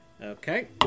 Okay